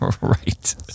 Right